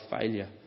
failure